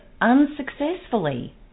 unsuccessfully